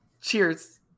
Cheers